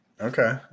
Okay